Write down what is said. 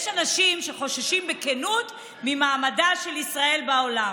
יש אנשים שחוששים בכנות ממעמדה של ישראל בעולם.